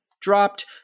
dropped